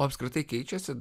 apskritai keičiasi